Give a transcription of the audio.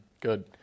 Good